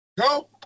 Go